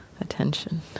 attention